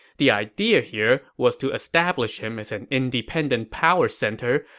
the idea here was to establish him as an independent power center,